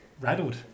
Rattled